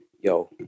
yo